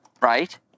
right